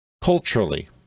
culturally